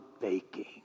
baking